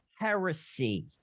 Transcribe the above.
heresy